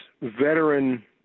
veteran